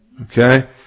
Okay